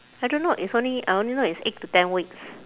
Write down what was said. I don't know it's only I only know it's eight to ten weeks